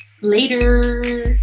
Later